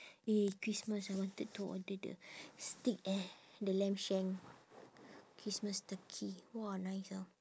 eh christmas I wanted to order the steak eh the lamb shank christmas turkey !wah! nice ah